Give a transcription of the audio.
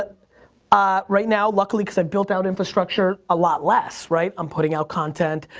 ah ah right now, luckily, cause i've built out infrastructure a lot less, right, i'm putting out content.